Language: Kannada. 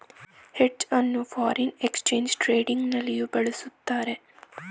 ಹೆಡ್ಜ್ ಅನ್ನು ಫಾರಿನ್ ಎಕ್ಸ್ಚೇಂಜ್ ಟ್ರೇಡಿಂಗ್ ನಲ್ಲಿಯೂ ಬಳಸುತ್ತಾರೆ